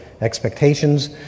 expectations